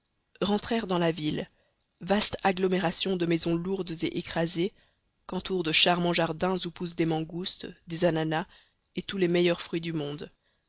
rentrèrent dans la ville vaste agglomération de maisons lourdes et écrasées qu'entourent de charmants jardins où poussent des mangoustes des ananas et tous les meilleurs fruits du monde